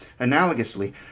Analogously